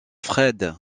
fred